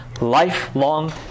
lifelong